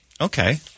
Okay